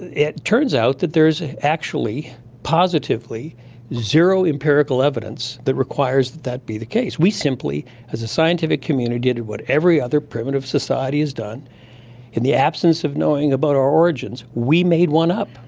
it turns out that there is ah actually positively zero empirical evidence that requires that that be the case. we simply as a scientific community did what every other primitive society has done in the absence of knowing about our origins we made one up.